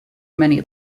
many